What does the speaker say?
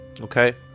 Okay